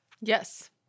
Yes